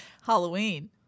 Halloween